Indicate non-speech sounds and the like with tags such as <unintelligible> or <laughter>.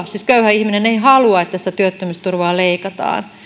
<unintelligible> siis köyhä ihminen ei halua että sitä työttömyysturvaa leikataan